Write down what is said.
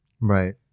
Right